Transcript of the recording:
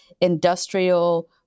industrial